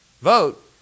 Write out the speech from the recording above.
vote